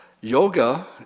Yoga